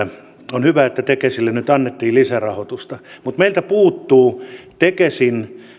on hyvä että tekesille nyt annettiin lisärahoitusta mutta meiltä puuttuu tekesin